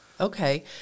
Okay